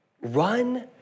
Run